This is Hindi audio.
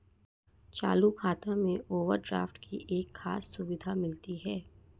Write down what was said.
चालू खाता में ओवरड्राफ्ट की एक खास सुविधा मिलती है